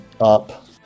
up